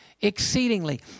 exceedingly